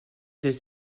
des